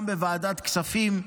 גם בוועדת הכספים,